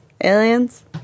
Aliens